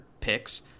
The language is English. picks